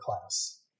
class